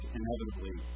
inevitably